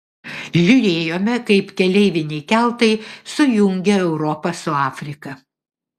žiūrėjome kaip keleiviniai keltai sujungia europą su afrika